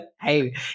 Hey